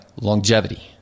longevity